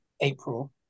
April